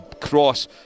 cross